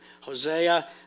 Hosea